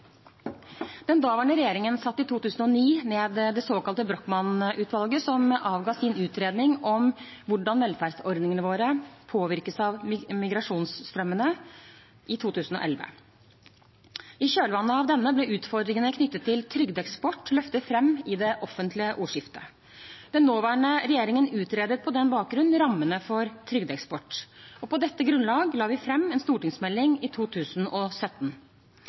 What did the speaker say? Den daværende regjeringen satte i 2009 ned Brochmann-utvalget, som i 2011 avga sin utredning om hvordan velferdsordningene våre påvirkes av migrasjonsstrømmene. I kjølvannet av denne ble utfordringene knyttet til trygdeeksport løftet fram i det offentlige ordskiftet. Den nåværende regjeringen utredet på den bakgrunn rammene for trygdeeksport. På dette grunnlaget la vi fram en stortingsmelding i 2017.